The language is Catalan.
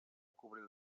cobrir